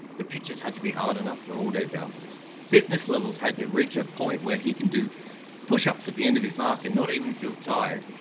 the pitches had to be hard enough for all day bounces, fitness levels had to reach a point where he can do push-ups at the end of his mark and not even feel tired,